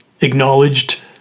acknowledged